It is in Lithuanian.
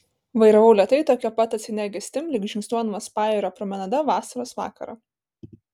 vairavau lėtai tokia pat atsainia eigastim lyg žingsniuodamas pajūrio promenada vasaros vakarą